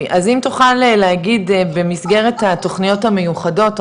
אז אם תוכל במסגרת התוכניות המיוחדות או